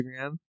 Instagram